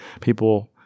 people